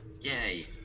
Yay